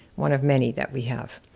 one of many that we have.